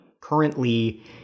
currently